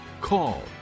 Call